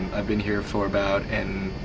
i've been here for about an